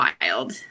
wild